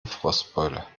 frostbeule